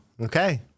Okay